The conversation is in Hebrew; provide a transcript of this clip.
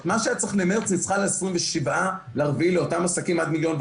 מה שהיה צריך להיות במרץ נדחה ל-27 באפריל לאותם עסקים עד 1.5 מיליון.